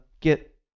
get